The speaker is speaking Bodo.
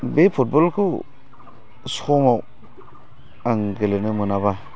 बे फुटबलखौ समाव आं गेलेनो मोनाब्ला